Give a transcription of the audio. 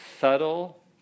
subtle